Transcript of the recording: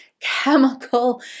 chemical